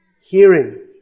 Hearing